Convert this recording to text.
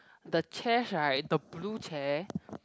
the chairs right the blue chair